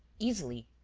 easily.